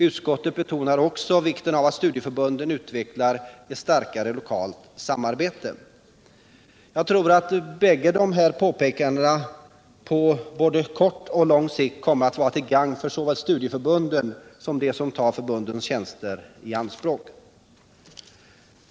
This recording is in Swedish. Utskottet betonar också vikten av att studieförbunden utvecklar ett starkare lokalt samarbete. Jag tror att båda dessa påpekanden på såväl kort som lång sikt kommer att vara till gagn för så väl studieförbunden som dem som tar förbundens tjänster i anspråk.